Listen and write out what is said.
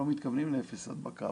לא מתכוונים לאפס הדבקה,